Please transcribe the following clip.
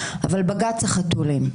אבל בג"ץ החתולים,